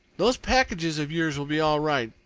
those packages of yours will be all right.